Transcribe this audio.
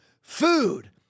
food